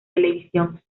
televisión